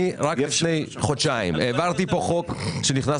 אני רק לפני חודשיים העברתי פה חוק שנכנס